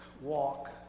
walk